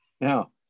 Now